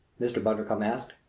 mr. bundercombe asked.